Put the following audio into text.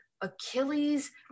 Achilles